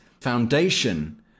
foundation